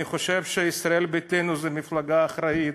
אני חושב שישראל ביתנו היא מפלגה אחראית.